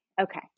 Okay